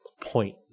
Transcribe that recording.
point